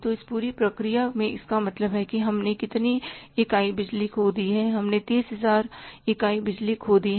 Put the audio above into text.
तो इस पूरी प्रक्रिया में इसका मतलब है कि हमने कितनी इकाई बिजली खो दी है हमने 30000 इकाई बिजली खो दी है